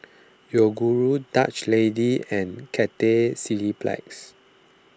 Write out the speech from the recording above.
Yoguru Dutch Lady and Cathay Cineplex